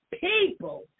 people